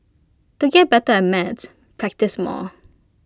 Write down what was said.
to get better at maths practise more